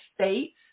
states